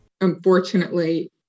Unfortunately